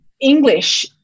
English